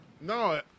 No